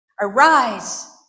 arise